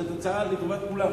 זאת הצעה לטובת כולם.